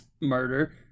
murder